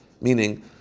Meaning